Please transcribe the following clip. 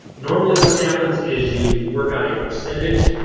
normally what happens is you work out a percentage.